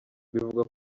bivugwa